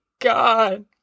God